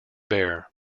bear